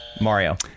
Mario